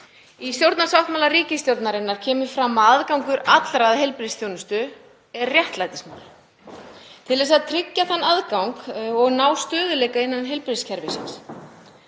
Í stjórnarsáttmála ríkisstjórnarinnar kemur fram að aðgangur allra að heilbrigðisþjónustu er réttlætismál og það þarf að tryggja þann aðgang og ná stöðugleika innan heilbrigðiskerfisins.